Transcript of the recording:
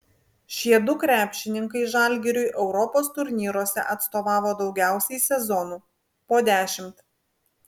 šiedu krepšininkai žalgiriui europos turnyruose atstovavo daugiausiai sezonų po dešimt